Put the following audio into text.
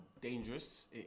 dangerous